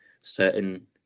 certain